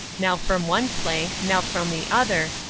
now from one flank, now from the other,